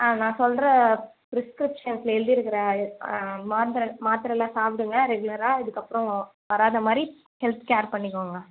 ஆ நான் சொல்கிற ப்ரிஸ்க்கிரிப்ஷன்ஸில் எழுதியிருக்கின்ற மாத்திர மாத்திரலாம் சாப்பிடுங்க ரெகுலராக இதுக்கப்புறம் வராத மாதிரி ஹெல்த் கேர் பண்ணிக்கோங்க